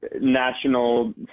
national